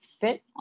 fit